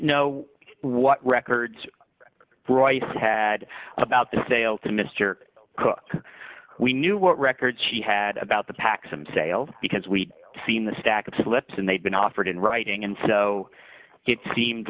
know what records bryce had about the sale to mr cooke we knew what records he had about the pack some sales because we'd seen the stack of slips and they'd been offered in writing and so it seemed